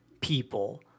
people